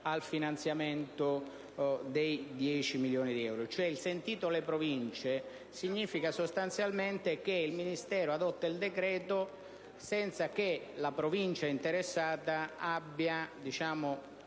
al finanziamento dei 10 milioni di euro. L'espressione «sentite le Province» significa sostanzialmente che il Ministero adotta il decreto senza che la Provincia interessata svolga